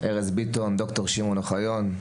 ארז ביטון; ד"ר שמעון אוחיון.